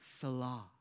salah